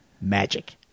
magic